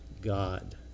God